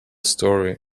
story